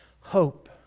hope